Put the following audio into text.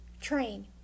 train